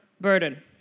burden